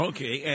Okay